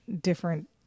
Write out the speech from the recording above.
different